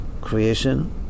creation